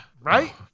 Right